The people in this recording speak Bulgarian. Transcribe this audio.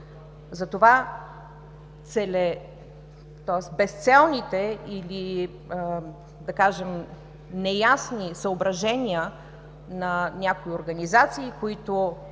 За това безцелните или неясни съображения на някои организации, които